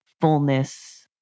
fullness